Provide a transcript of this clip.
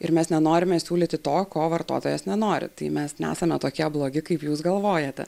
ir mes nenorime siūlyti to ko vartotojas nenori tai mes nesame tokie blogi kaip jūs galvojate